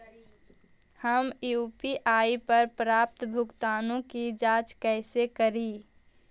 हम यु.पी.आई पर प्राप्त भुगतानों के जांच कैसे करी?